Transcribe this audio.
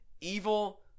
evil